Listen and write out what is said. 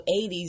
80s